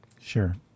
Sure